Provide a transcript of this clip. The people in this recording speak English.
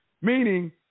Meaning